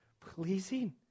pleasing